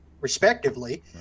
respectively